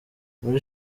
muri